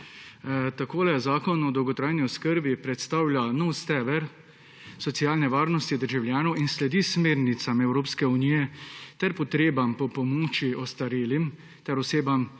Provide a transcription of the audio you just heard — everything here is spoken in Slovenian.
Zakon o dolgotrajni oskrbi predstavlja nov steber socialne varnosti državljanov in sledi smernicam Evropske unije ter potrebam po pomoči ostarelim ter osebam